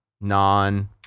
non